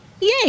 yay